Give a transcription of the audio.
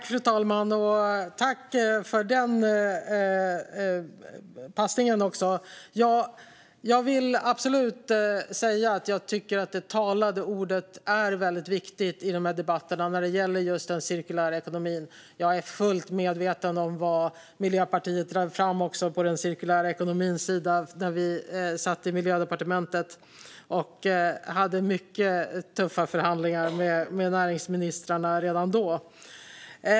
Fru talman! Jag tackar för den passningen. Jag vill absolut säga att jag tycker att det talade ordet är väldigt viktigt i dessa debatter när det gäller just den cirkulära ekonomin. Och jag är fullt medveten om vad Miljöpartiet drev fram när det gäller den cirkulära ekonomin när vi satt i Miljödepartementet och hade mycket tuffa förhandlingar med näringsministrarna redan då.